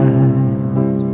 eyes